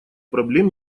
проблем